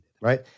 right